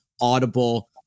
Audible